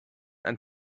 and